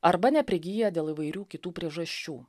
arba neprigyja dėl įvairių kitų priežasčių